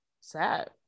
sad